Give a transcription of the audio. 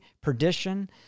perdition